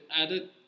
added